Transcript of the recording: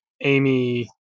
Amy